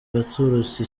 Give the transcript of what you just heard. baturutse